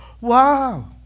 Wow